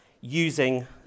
using